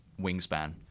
Wingspan